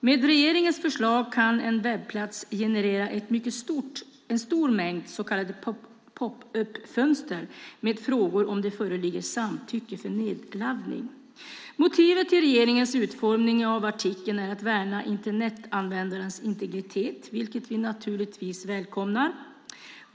Med regeringens förslag kan en webbplats generera en mycket stor mängd så kallade popup-fönster med frågor om det föreligger samtycke för nedladdning. Motivet för regeringens utformning av artikeln är att värna Internetanvändarens integritet, vilket vi naturligtvis välkomnar.